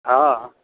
हँ हँ